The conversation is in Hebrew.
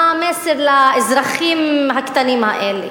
מה המסר לאזרחים הקטנים האלה?